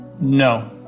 No